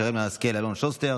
שרן מרים השכל ואלון שוסטר.